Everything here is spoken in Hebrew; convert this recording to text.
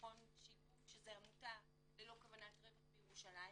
מכון "שילוב" שזאת עמותה ללא כוונת רווח בירושלים.